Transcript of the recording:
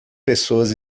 pessoas